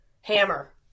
Hammer